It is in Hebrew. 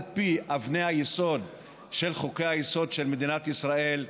פי אבני היסוד של חוקי-היסוד של מדינת ישראל,